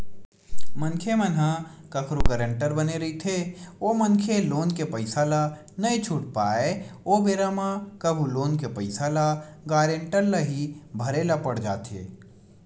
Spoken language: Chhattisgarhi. मनखे मन ह कखरो गारेंटर बने रहिथे ओ मनखे लोन के पइसा ल नइ छूट पाय ओ बेरा म कभू लोन के पइसा ल गारेंटर ल ही भरे ल पड़ जाथे